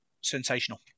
sensational